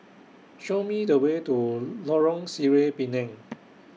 Show Me The Way to Lorong Sireh Pinang